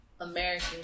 American